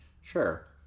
Sure